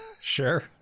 sure